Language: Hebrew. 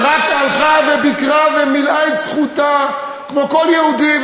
ורק הלכה וביקרה ומימשה את זכותה, כמו כל יהודי.